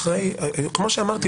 כמו שאמרתי.